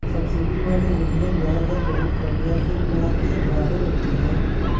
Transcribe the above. subsidy वाले ऋण में ब्याज दर बहुत कम या फिर ना के बराबर होती है